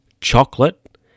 chocolate